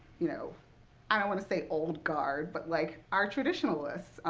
you know i don't want to say old guard, but like are traditionalist.